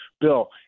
bill